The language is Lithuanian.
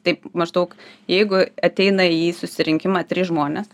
taip maždaug jeigu ateina į susirinkimą trys žmonės